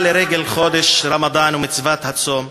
לרגל חודש רמדאן ומצוות הצום,